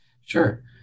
Sure